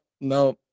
no